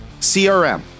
CRM